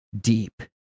deep